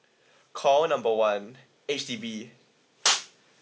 call number one H_D_B